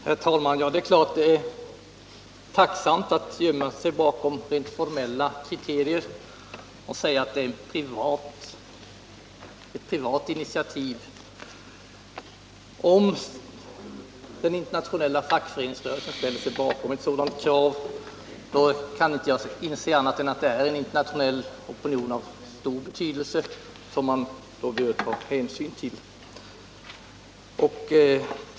Herr talman! Ja, det är klart att det är tacksamt att gömma sig bakom rent formella kriterier och säga att det är fråga om ett privat initiativ. Om den internationella fackföreningsrörelsen ställer sig bakom ett sådant krav, kan inte jag inse annat än att det är en internationell opinion av stor betydelse som man bör ta hänsyn till.